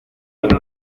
tiene